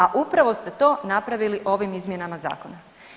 A upravo ste to napravili ovim izmjenama zakona.